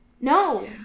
No